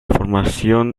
formación